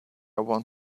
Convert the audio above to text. want